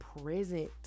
present